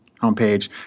homepage